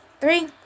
three